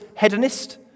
hedonist